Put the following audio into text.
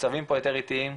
הקצבים פה תמיד יותר איטיים,